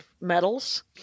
metals